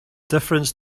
difference